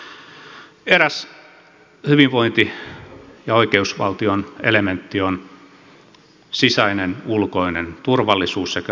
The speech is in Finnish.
eräs hyvinvointi ja oikeusvaltion elementti ovat sisäinen ja ulkoinen turvallisuus sekä oikeudenhoito